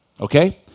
okay